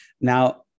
Now